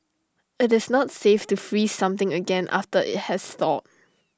IT is not safe to freeze something again after IT has thawed